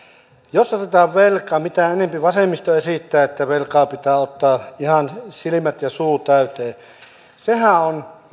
jos otetaan velkaa mitä enempi niin kuin vasemmisto esittää että velkaa pitää ottaa ihan silmät ja suut täyteen niin sehän on